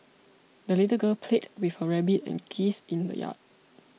the little girl played with her rabbit and geese in the yard